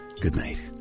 goodnight